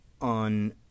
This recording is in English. on